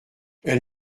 elle